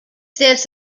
this